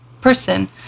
person